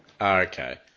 Okay